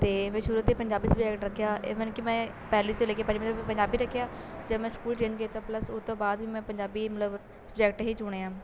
ਅਤੇ ਮੈਂ ਸ਼ੁਰੂ ਤੋਂ ਪੰਜਾਬੀ ਸਬਜੈਕਟ ਰੱਖਿਆ ਮਤਲਬ ਕਿ ਮੈਂ ਪਹਿਲੀ ਤੋਂ ਲੈ ਕੇ ਪੰਜਵੀਂ ਤੱਕ ਪੰਜਾਬੀ ਰੱਖਿਆ ਜਦ ਮੈਂ ਸਕੂਲ ਚੇਂਜ ਕੀਤਾ ਪਲੱਸ ਉਹ ਤੋਂ ਬਾਅਦ ਵੀ ਮੈਂ ਪੰਜਾਬੀ ਮਤਲਬ ਸਬਜੈਕਟ ਹੀ ਚੁਣਿਆ